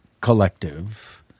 collective